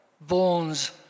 bones